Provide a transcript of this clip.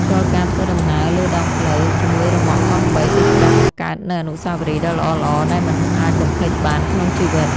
រាល់ការធ្វើដំណើរលើដងផ្លូវជាមួយរ៉ឺម៉កកង់បីគឺជាការបង្កើតនូវអនុស្សាវរីយ៍ដ៏ល្អៗដែលមិនអាចបំភ្លេចបានក្នុងជីវិត។